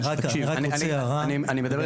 אני רוצה